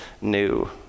new